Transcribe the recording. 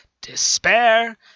despair